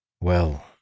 Well